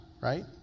right